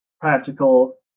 practical